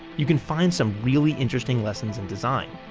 you can find some really interesting lessons in design.